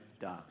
done